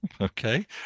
Okay